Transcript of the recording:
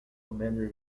commander